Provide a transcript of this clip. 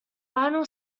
final